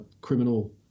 criminal